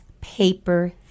paper